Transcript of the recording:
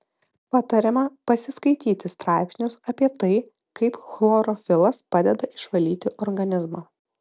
patariama pasiskaityti straipsnius apie tai kaip chlorofilas padeda išvalyti organizmą